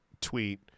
tweet